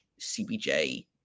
CBJ